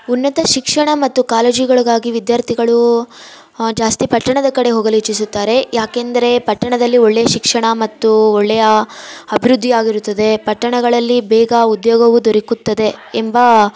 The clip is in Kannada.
ಉನ್ನತ ಶಿಕ್ಷಣ ಮತ್ತು ಕಾಲೇಜುಗಳಿಗಾಗಿ ವಿದ್ಯಾರ್ಥಿಗಳು ಜಾಸ್ತಿ ಪಟ್ಟಣದ ಕಡೆ ಹೋಗಲು ಇಚ್ಛಿಸುತ್ತಾರೆ ಏಕೆಂದರೆ ಪಟ್ಟಣದಲ್ಲಿ ಒಳ್ಳೆಯ ಶಿಕ್ಷಣ ಮತ್ತು ಒಳ್ಳೆಯ ಅಭಿವೃದ್ಧಿ ಆಗಿರುತ್ತದೆ ಪಟ್ಟಣಗಳಲ್ಲಿ ಬೇಗ ಉದ್ಯೋಗವು ದೊರಕುತ್ತದೆ ಎಂಬ